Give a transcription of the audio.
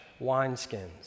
wineskins